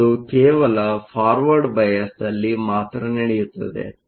ಆದ್ದರಿಂದ ಅದು ಕೇವಲ ಫಾರ್ವರ್ಡ್ ಬಯಾಸ್ನಲ್ಲಿ ಮಾತ್ರ ನಡೆಯುತ್ತದೆ